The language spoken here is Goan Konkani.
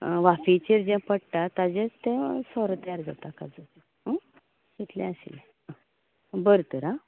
वाफेचेंर जें पडटा ताजेंच तें सोरो तयार जाता काजूचो आं इतलें आशिल्लें आं बरें तर आं